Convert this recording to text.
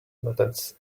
methods